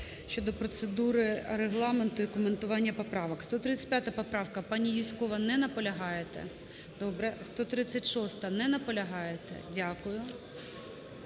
щодо процедури Регламенту і коментування поправок. 135 поправка. Пані Юзькова, не наполягаєте? Добре. 136-а. Не наполягаєте? Дякую.